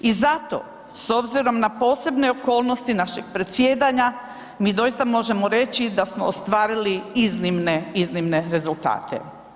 I zato s obzirom na posebne okolnosti našeg predsjedanja mi doista možemo reći da smo ostvarili iznimne, iznimne rezultate.